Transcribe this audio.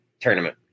tournament